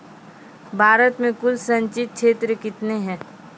भारत मे कुल संचित क्षेत्र कितने हैं?